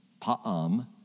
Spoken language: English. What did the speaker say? pa'am